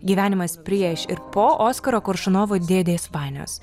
gyvenimas prieš ir po oskaro koršunovo dėdės vanios